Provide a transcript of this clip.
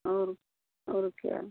और और क्या